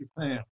Japan